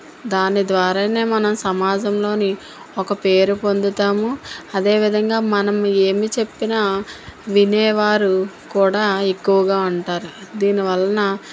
దాని ద్వారా మనం సమాజంలో ఒక పేరు పొందుతాము అదే విధంగా మనము ఏమి చెప్పిన వినేవారు కూడా ఎక్కువగా ఉంటారు దీనివలన